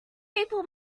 maple